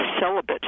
celibate